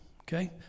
okay